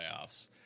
playoffs